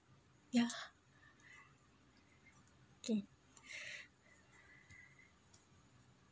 ya okay